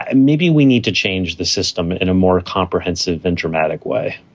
and maybe we need to change the system in a more comprehensive and dramatic way